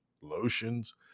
lotions